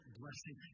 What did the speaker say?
blessing